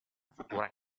futura